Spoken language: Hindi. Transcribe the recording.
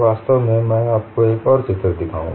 वास्तव में मैं आपको एक और चित्र दिखाऊंगा